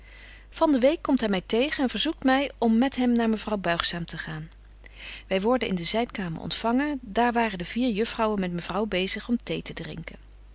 van de week komt hy my tegen en verzoekt my om met hem naar mevrouw buigzaam te gaan wy worden in de zydkamer ontfangen daar waren de vier juffrouwen met mevrouw bezig om thee te drinken